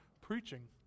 preaching